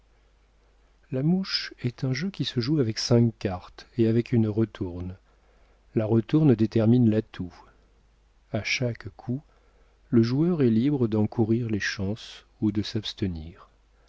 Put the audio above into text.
la mouche est un jeu qui se joue avec cinq cartes et avec une retourne la retourne détermine l'atout a chaque coup le joueur est libre d'en courir les chances ou de s'abstenir